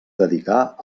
dedicà